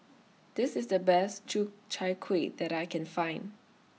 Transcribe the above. This IS The Best Chai Kuih that I Can Find